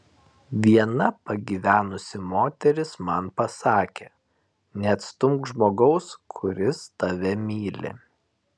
viena pagyvenusi moteris man pasakė neatstumk žmogaus kuris tave myli